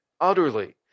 utterly